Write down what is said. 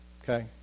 okay